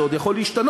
זה עוד יכול להשתנות,